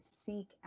seek